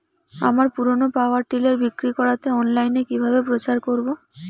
আমার পুরনো power tiller বিক্রি করাতে অনলাইনে কিভাবে প্রচার করব?